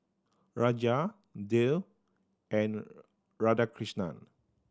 Raja Dev and Radhakrishnan